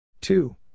two